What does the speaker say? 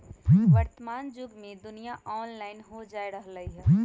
वर्तमान जुग में दुनिया ऑनलाइन होय जा रहल हइ